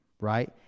right